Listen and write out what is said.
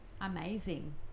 amazing